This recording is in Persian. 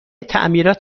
تعمیرات